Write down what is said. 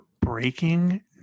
Breaking